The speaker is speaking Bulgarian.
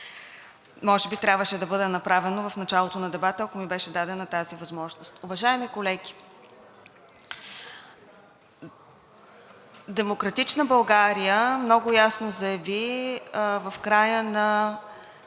може би трябваше да бъде направено в началото на дебата, ако ми беше дадена тази възможност. Уважаеми колеги, „Демократична България“ много ясно заяви в края на